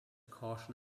caution